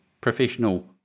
professional